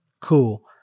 Cool